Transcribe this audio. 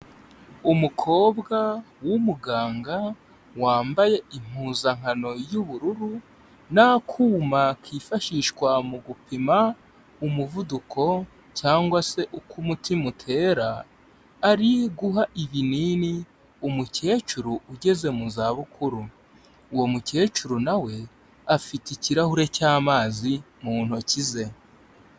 Umukobwa w'umuganga, wambaye impuzankano y'ubururu n'akuma kifashishwa mu gupima umuvuduko cyangwa se uko umutima utera, ari guha ibinini umukecuru ugeze mu zabukuru, uwo mukecuru na we afite ikirahure cy'amazi mu ntoki ze.